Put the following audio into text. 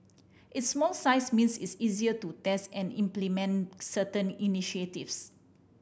its small size means is easier to test and implement certain initiatives